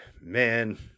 man